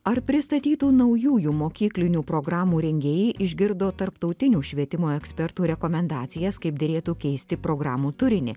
ar pristatytų naujųjų mokyklinių programų rengėjai išgirdo tarptautinių švietimo ekspertų rekomendacijas kaip derėtų keisti programų turinį